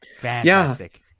Fantastic